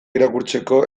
irakurtzeko